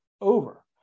over